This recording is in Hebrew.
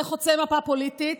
זה חוצה מפה פוליטית.